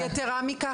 יתרה מכך,